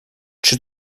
czy